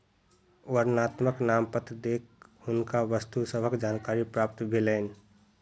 वर्णनात्मक नामपत्र देख हुनका वस्तु सभक जानकारी प्राप्त भेलैन